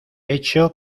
hecho